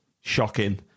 shocking